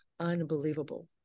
Unbelievable